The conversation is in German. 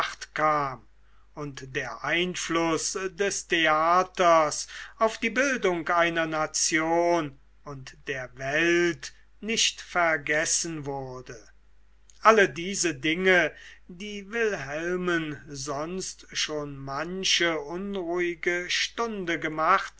und der einfluß des theaters auf die bildung einer nation und der welt nicht vergessen wurde all diese dinge die wilhelmen sonst schon manche unruhige stunde gemacht